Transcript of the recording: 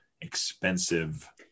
expensive